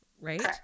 right